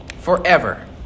Forever